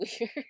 weird